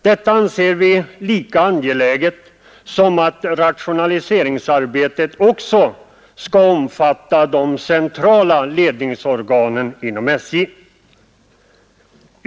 Detta anser vi lika angeläget som att rationaliseringsarbetet också skall omfatta de centrala ledningsorganen inom SJ.